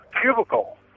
cubicle